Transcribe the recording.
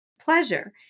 pleasure